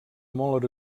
molt